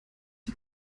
die